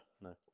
no